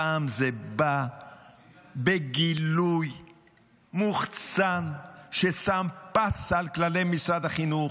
הפעם זה בא בגילוי מוחצן ששם פס על כללי משרד החינוך,